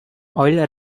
oil